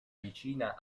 vicina